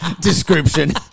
description